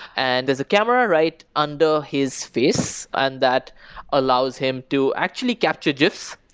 and there's a camera right under his face, and that allows him to actually capture gifs,